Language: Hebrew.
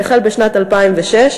שהחל בשנת 2006,